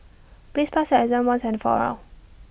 please pass your exam once and for all